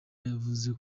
yavuze